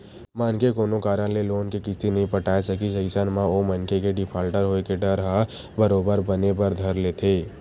मनखे कोनो कारन ले लोन के किस्ती नइ पटाय सकिस अइसन म ओ मनखे के डिफाल्टर होय के डर ह बरोबर बने बर धर लेथे